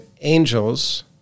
angels